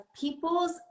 people's